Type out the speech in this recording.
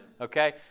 okay